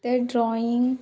तें ड्रॉइंग